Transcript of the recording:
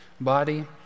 body